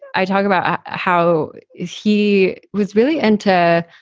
i talk about how he was really into,